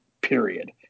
period